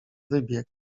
wybieg